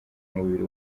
mubiri